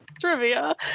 trivia